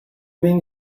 mean